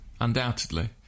undoubtedly